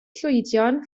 llwydion